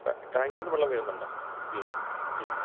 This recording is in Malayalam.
ടാ ടാങ്കിന്ന് വെള്ളം വീഴുന്നുണ്ടോ ഇല്ല വീഴ്